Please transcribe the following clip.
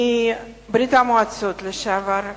מברית-המועצות לשעבר,